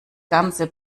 ganze